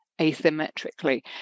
asymmetrically